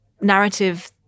narrative